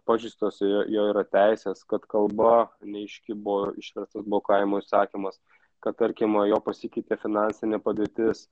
pažeistos jo jo yra teisės kad kalba neaiški buvo išverstas blokavimo įsakymas kad tarkim jo pasikeitė finansinė padėtis